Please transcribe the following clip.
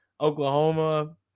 Oklahoma